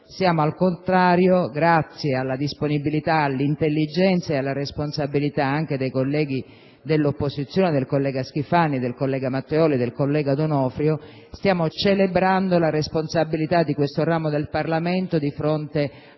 Stiamo al contrario - grazie alla disponibilità, all'intelligenza e alla responsabilità anche dei colleghi dell'opposizione, in particolare dei colleghi Schifani, Matteoli e D'Onofrio - celebrando la responsabilità di questo ramo del Parlamento di fronte